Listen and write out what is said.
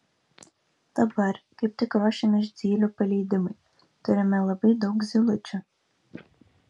dabar kaip tik ruošiamės zylių paleidimui turime labai daug zylučių